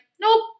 nope